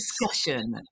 Discussion